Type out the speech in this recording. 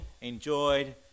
enjoyed